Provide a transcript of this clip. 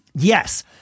Yes